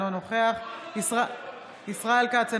אינו נוכח ישראל כץ,